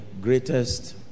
greatest